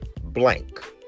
blank